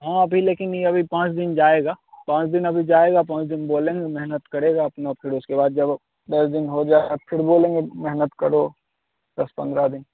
हाँ अभी लेकिन यह अभी पाँच दिन जाएगा पाँच दिन अभी जाएगा पाँच दिन बोलेंगे मेहनत करेगा अपना फ़िर उसके बाद जब दस दिन हो जाएगा फ़िर बोलेंगे मेहनत करो दस पन्द्रह दिन